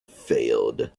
failed